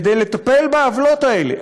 כדי לטפל בעוולות האלה.